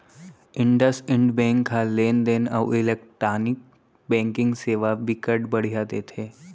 IndusInd bank ह लेन देन अउ इलेक्टानिक बैंकिंग सेवा बिकट बड़िहा देथे